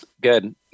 Good